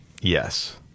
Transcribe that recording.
Yes